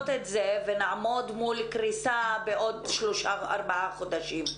את זה ונעמוד מול קריסה בעוד שלושה או ארבעה חודשים?